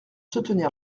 soutenir